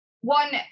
One